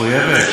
האלה, מחויבת.